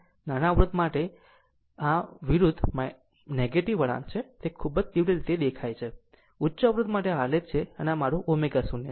નાના અવરોધ માટે us વિરુદ્ધ ve વળાંક તે તરફ ખૂબ જ તીવ્ર દેખાવ છે અને ઉચ્ચ અવરોધ માટે આ આલેખ છે અને આ મારું ω0 છે